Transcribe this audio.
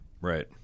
right